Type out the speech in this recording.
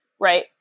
right